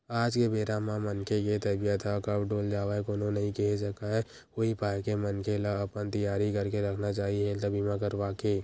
आज के बेरा म मनखे के तबीयत ह कब डोल जावय कोनो नइ केहे सकय उही पाय के मनखे ल अपन तियारी करके रखना चाही हेल्थ बीमा करवाके